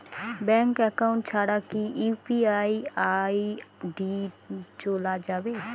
Bank account ছাড়া কি UPI ID চোলা যাবে?